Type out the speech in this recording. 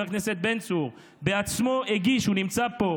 חבר הכנסת בן צור מש"ס, הוא נמצא פה,